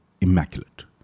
immaculate